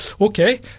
Okay